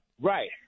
Right